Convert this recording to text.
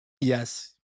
Yes